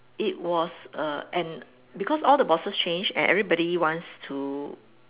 it was a and because all the bosses change and everybody wants to